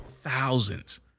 Thousands